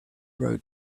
road